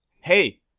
hey